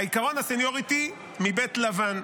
עקרון הסניוריטי מבית לבן.